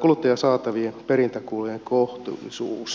kuluttajasaatavien perintäkulujen kohtuullisuus